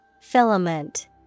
Filament